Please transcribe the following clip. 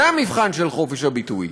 זה המבחן של חופש הביטוי.